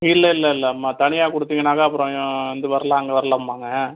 இல்லை இல்லை இல்லை ஆமாம் தனியாக கொடுத்தீங்கன்னாக்கா அப்புறம் இங்கே வந்து வரல அங்கே வரலம்பாங்க